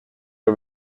the